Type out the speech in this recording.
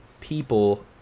people